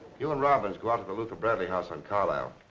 you and robins go out to the luther bradley house on carlisle.